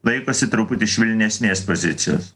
laikosi truputį švelnesnės pozicijos